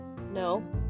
no